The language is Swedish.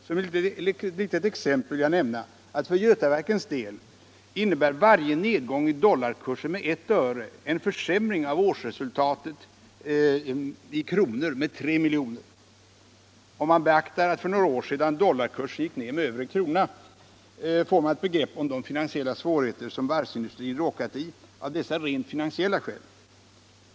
Som ett litet exempel vill jag nämna att för Götaverkens del innebär varje nedgång i dollarkursen med ett öre en försämring av årsresultatet med 3 milj.kr. Om man beaktar att för några år sedan dollarkursen gick ner med över en krona, får man ett begrepp om de finansiella svårigheter som varvsindustrin råkat i av dessa rent finansiella skäl.